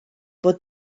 fod